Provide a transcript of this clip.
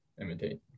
imitate